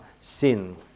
sin